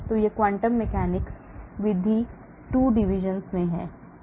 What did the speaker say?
तो यह क्वांटम यांत्रिकी विधि 2 divisions में है